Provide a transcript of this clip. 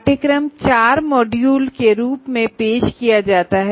course के चार module के है